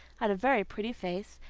had a very pretty face,